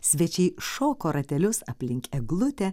svečiai šoko ratelius aplink eglutę